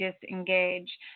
disengage